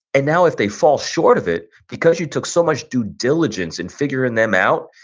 and now if they fall short of it, because you took so much due diligence in figuring them out,